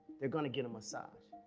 they're going to get a massage.